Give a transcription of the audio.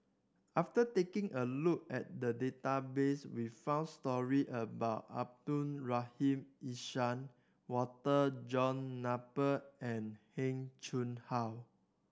after taking a look at the database we found stories about Abdul Rahim Ishak Walter John Napier and Heng Chee How